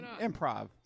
improv